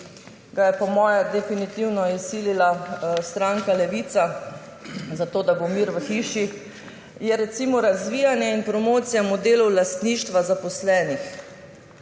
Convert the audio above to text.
ga je po mojem definitivno izsilila stranka Levica, zato da bo mir v hiši, je recimo razvijanje in promocija modelov lastništva zaposlenih.